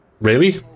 Really